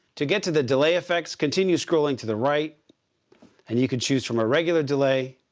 to get to the delay effects, continue scrolling to the right and you can choose from a regular delay,